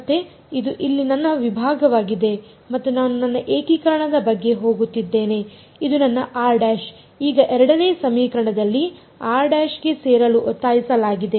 ಮತ್ತೆ ಇದು ಇಲ್ಲಿ ನನ್ನ ವಿಭಾಗವಾಗಿದೆ ಮತ್ತು ನಾನು ನನ್ನ ಏಕೀಕರಣದ ಬಗ್ಗೆ ಹೋಗುತ್ತಿದ್ದೇನೆ ಇದು ನನ್ನ ಈಗ ಎರಡನೇ ಸಮೀಕರಣದಲ್ಲಿ ಗೆ ಸೇರಲು ಒತ್ತಾಯಿಸಲಾಗಿದೆ